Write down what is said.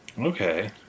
Okay